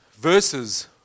verses